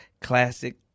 Classic